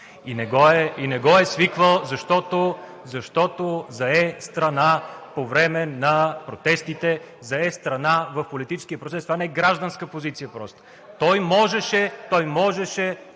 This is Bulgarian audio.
и не го е свиквал, защото зае страна по време на протестите, зае страна в политическия процес – това не е гражданска позиция просто. Той можеше да заеме